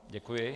Děkuji.